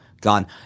gone